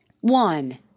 one